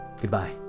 Goodbye